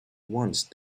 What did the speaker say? once